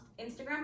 Instagram